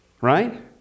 right